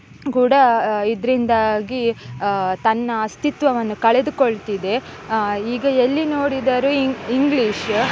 ಕೂಡ ಇದರಿಂದಾಗಿ ತನ್ನ ಅಸ್ತಿತ್ವವನ್ನು ಕಳೆದುಕೊಳ್ತಿದೆ ಈಗ ಎಲ್ಲಿ ನೋಡಿದರೂ ಇಂಗ್ಲಿಷ್